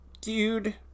Dude